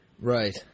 right